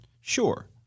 Sure